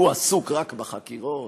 הוא עסוק רק בחקירות?